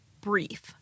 brief